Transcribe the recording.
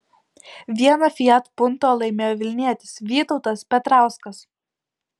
vieną fiat punto laimėjo vilnietis vytautas petrauskas